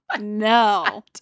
No